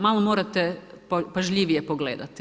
Malo morate pažljivije pogledati.